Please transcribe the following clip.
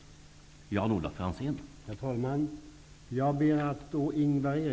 Då Ingvar Eriksson, som framställt frågan, anmält att han var förhindrad att närvara vid sammanträdet, medgav förste vice talmannen att